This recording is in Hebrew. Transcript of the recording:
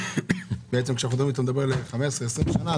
בעצם אתה מדבר על 15 20 שנה,